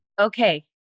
okay